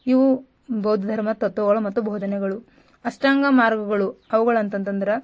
ಇವು ಬೌದ್ಧ ಧರ್ಮ ತತ್ವಗಳು ಮತ್ತು ಬೋಧನೆಗಳು ಅಷ್ಟಾಂಗ ಮಾರ್ಗಗಳು ಅವುಗಳಂತಂದ್ರೆ